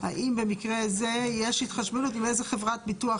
האם במקרה זה יש התחשבנות עם איזה חברת ביטוח